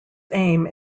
aim